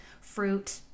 fruit